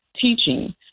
teaching